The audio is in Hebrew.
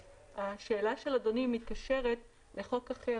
השאלה של אדוני מתקשרת לחוק אחר,